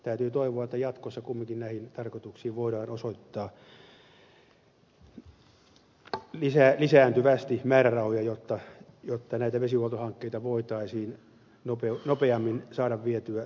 täytyy toivoa että jatkossa kumminkin näihin tarkoituksiin voidaan osoittaa lisääntyvästi määrärahoja jotta näitä vesihuoltohankkeita voitaisiin nopeammin saada vietyä läpi